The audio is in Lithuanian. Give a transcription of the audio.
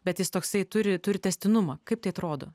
bet jis toksai turi turi tęstinumą kaip tai atrodo